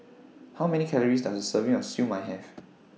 How Many Calories Does A Serving of Siew Mai Have